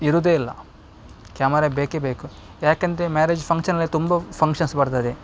ಇರೋದೇ ಇಲ್ಲ ಕ್ಯಾಮರ ಬೇಕೇ ಬೇಕು ಯಾಕೆಂದ್ರೆ ಮ್ಯಾರೇಜ್ ಫಂಕ್ಷನಲ್ಲೇ ತುಂಬ ಫಂಕ್ಷನ್ಸ್ ಬರ್ತದೆ